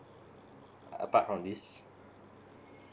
apart from this